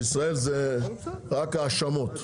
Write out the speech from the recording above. בישראל זה רק האשמות.